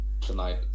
tonight